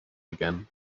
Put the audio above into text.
again